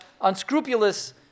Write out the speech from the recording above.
unscrupulous